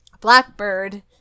Blackbird